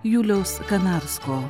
juliaus kanarsko